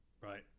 Right